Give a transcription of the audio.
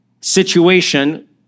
situation